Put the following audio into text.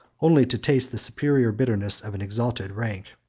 only to taste the superior bitterness of an exalted rank.